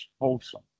wholesome